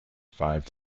five